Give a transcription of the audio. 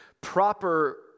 proper